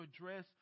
address